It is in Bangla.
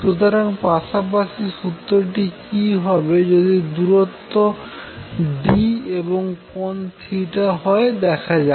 সুতরাং পাশাপাশি সূত্রটি কি হবে যদি দূরত্ব d এবং কোন হয় দেখা যাক